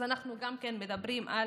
אז אנחנו גם מדברים על